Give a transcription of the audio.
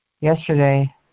yesterday